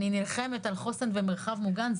אני נלחמת על חוסן ומרחב מוגן.